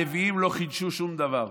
הנביאים לא חידשו שום דבר.